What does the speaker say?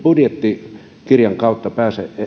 budjettikirjan kautta pääse